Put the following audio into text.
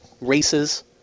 races